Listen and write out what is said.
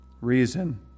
reason